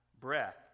breath